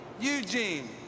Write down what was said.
Eugene